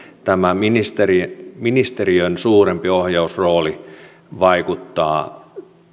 tämä ministeriön suurempi ohjausrooli vaikuttaa